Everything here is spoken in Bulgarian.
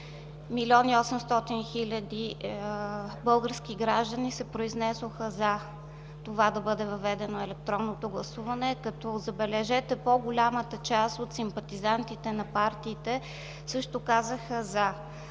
млн. 800 хил. български граждани се произнесоха да бъде въведено електронното гласуване, като, забележете, по-голямата част от симпатизантите на партиите също казаха „за”.